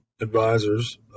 advisors